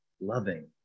loving